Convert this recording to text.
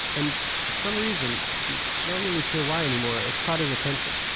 and for some reason, he's not really sure why anymore, it caught his attention.